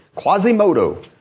Quasimodo